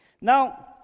Now